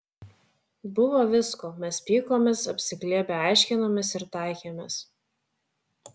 buvo visko mes pykomės apsiglėbę aiškinomės ir taikėmės